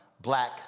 black